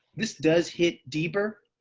this does hit deeper,